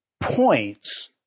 points